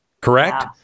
Correct